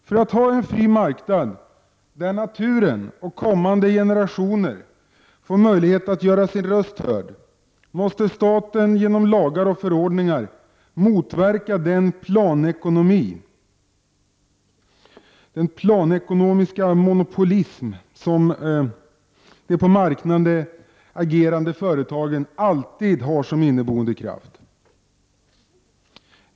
För att ha en fri marknad, där naturen och kommande generationer får möjlighet att göra sin röst hörd, måste staten genom lagar och förordningar motverka den planekonomi — den planekonomiska monopolism — som de på marknaden agerande företagen alltid har som en inneboende kraft.